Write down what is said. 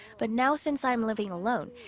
but now, since i am living alone,